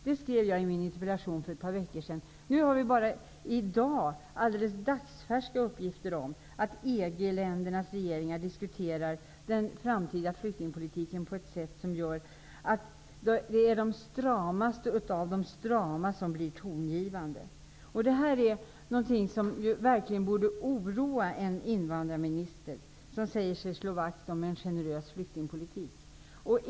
Detta skrev jag i min interpellation för ett par veckor sedan. Nu har vi i dag dagsfärska uppgifter om att EG-ländernas regeringar diskuterar den framtida flyktingpolitiken på ett sätt som innebär att de stramaste av de strama tolkningarna blir tongivande. Det här är något som verkligen borde oroa en invandrarminister som säger sig slå vakt om en generös flyktingpolitik.